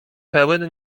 pełen